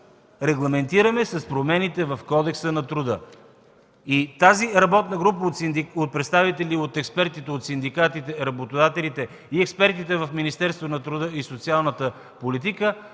регламентираме с промените в Кодекса на труда. Тази работна група от представители, от експерти на синдикатите, работодателите и Министерството на труда и социалната политика